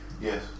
Yes